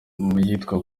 yitwa